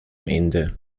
ende